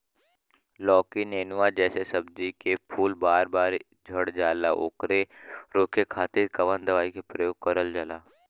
लौकी नेनुआ जैसे सब्जी के फूल बार बार झड़जाला ओकरा रोके खातीर कवन दवाई के प्रयोग करल जा?